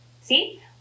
See